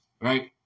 right